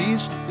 East